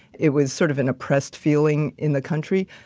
it was sort of an oppressed feeling in the country.